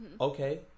Okay